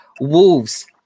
Wolves